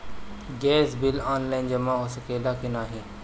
Gas bill online जमा हो सकेला का नाहीं?